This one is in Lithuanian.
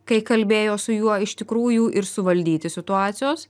kai kalbėjo su juo iš tikrųjų ir suvaldyti situacijos